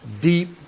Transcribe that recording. deep